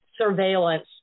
surveillance